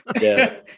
Yes